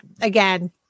again